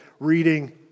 reading